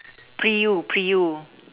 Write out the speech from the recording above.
pre U pre U